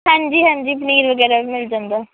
ਹਾਂਜੀ ਹਾਂਜੀ ਪਨੀਰ ਵਗੈਰਾ ਵੀ ਮਿਲ ਜਾਂਦਾ